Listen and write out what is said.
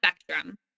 spectrum